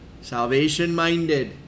Salvation-minded